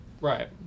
right